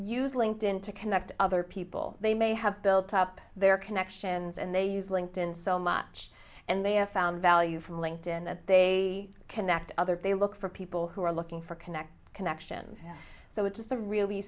use linked in to connect other people they may have built up their connections and they use linked in so much and they have found value from linked in that they connect others they look for people who are looking for connect connections so it's a really